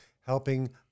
helping